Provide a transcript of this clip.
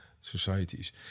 societies